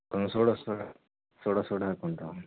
கொஞ்சம் சுட சுட சுட சுட கொண்டு வாங்க